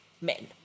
men